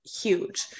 huge